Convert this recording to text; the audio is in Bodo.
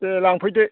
दे लांफैदो